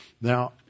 Now